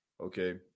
okay